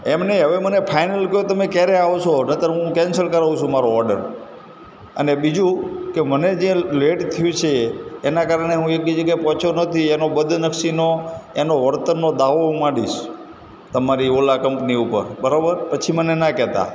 એમ નહીં હવે મને ફાઈનલ કહો તમે ક્યારે આવો છો નહીંતર હું કેન્સલ કરું છું મારો ઓર્ડર અને બીજું કે મને જે લેટ થયું છે એના કારણે હું એક બીજી જગ્યાએ પહોંચ્યો નથી એનો બદનક્ષીનો એનો વળતરનો દાવો હું માંડીશ તમારી ઓલા કંપની ઉપર બરાબર પછી મને ન કહેતા